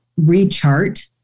rechart